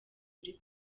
ruri